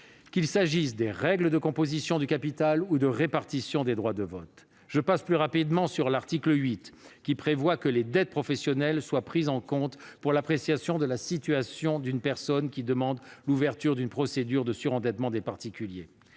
qu'il s'agisse des règles de composition du capital ou des règles relatives à la répartition des droits de vote. Je passe plus rapidement sur l'article 8, qui prévoit que les dettes professionnelles sont prises en compte pour l'appréciation de la situation d'une personne qui demande l'ouverture d'une procédure de surendettement des particuliers.